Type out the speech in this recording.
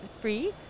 free